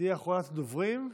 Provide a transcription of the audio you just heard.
תהיה אחרונת הדוברים.